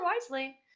wisely